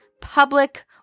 public